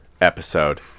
episode